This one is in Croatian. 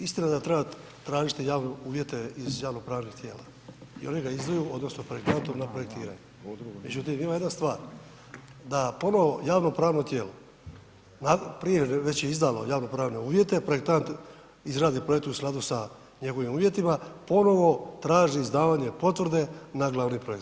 Istina da treba tražiti javnu, uvjete iz javnopravnih tijela i oni ga …/nerazumljivo/… izuju odnosno projektant onda projektira, međutim ima jedna stvar da ponovo javno pravno tijelo prije već je izdalo javnopravne uvjete, projektant izradi projekt u skladu sa njegovim uvjetima, ponovo traži izdavanje potvrde na glavni projekt.